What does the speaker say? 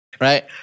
right